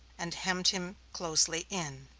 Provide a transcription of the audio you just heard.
and hemmed him closely in.